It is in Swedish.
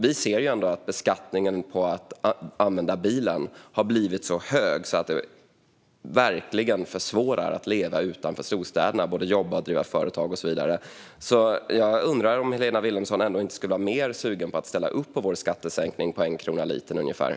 Vi ser att beskattningen på att använda bilen har blivit så hög att det verkligen försvårar att leva utanför storstäderna. Det gäller både att jobba och att driva företag och så vidare. Jag undrar om inte Helena Vilhelmsson inte skulle vara mer sugen på att ställa upp på vår skattesänkning på ungefär 1 krona litern.